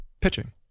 pitching